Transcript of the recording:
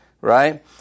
right